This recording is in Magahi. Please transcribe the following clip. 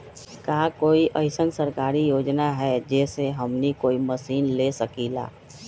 का कोई अइसन सरकारी योजना है जै से हमनी कोई मशीन ले सकीं ला?